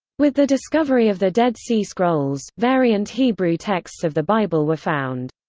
with the discovery of the dead sea scrolls, variant hebrew texts of the bible were found.